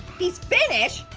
he's finnish?